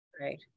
Right